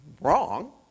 wrong